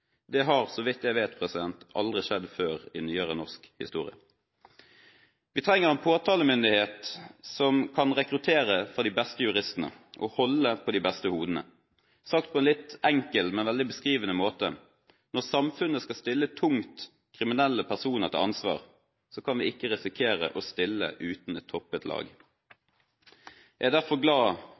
Det har så vidt jeg vet aldri skjedd før i nyere norsk historie. Vi trenger en påtalemyndighet som kan rekruttere fra de beste juristene og holde på de beste hodene. Sagt på en litt enkel, men veldig beskrivende måte: Når samfunnet skal stille tungt kriminelle personer til ansvar, kan vi ikke risikere å stille uten et toppet lag. Jeg er derfor glad